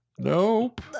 Nope